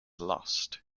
lost